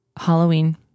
Halloween